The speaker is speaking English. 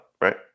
right